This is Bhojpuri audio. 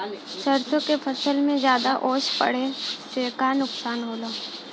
सरसों के फसल मे ज्यादा ओस पड़ले से का नुकसान होला?